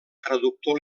traductor